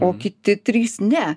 o kiti trys ne